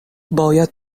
باید